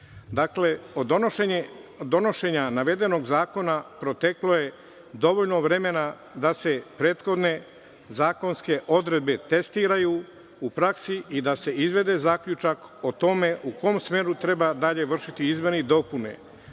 zemlju. Dakle, od donošenja navedenog zakona protekloj je dovoljno vremena da se prethodne zakonske odredbe testiraju u praksi i da se izvede zaključak o tome u kom smeru treba dalje vršiti izmene i dopune,